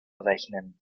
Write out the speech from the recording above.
rechnen